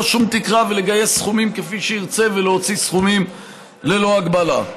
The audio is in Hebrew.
שום תקרה ולגייס סכומים כפי שירצה ולהוציא ללא הגבלה.